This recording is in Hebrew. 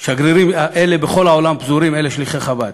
השגרירים האלה פזורים בכל העולם, אלה שליחי חב"ד.